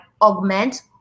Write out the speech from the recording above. augment